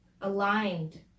aligned